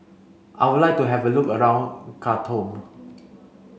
I would like to have a look around Khartoum